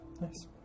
Nice